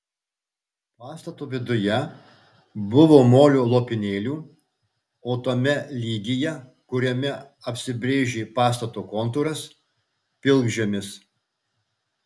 pastato viduje buvo molio lopinėlių o tame lygyje kuriame apsibrėžė pastato kontūras pilkžemis